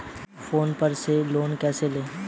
Phone पर से loan कैसे लें?